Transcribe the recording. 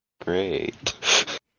great